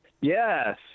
Yes